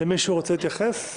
מישהו רוצה להתייחס?